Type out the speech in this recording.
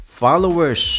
followers